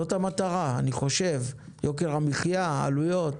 זאת המטרה, אני חושב, יוקר המחיה, העלויות.